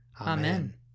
Amen